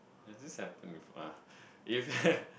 I just have to move on if